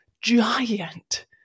giant